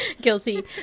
Guilty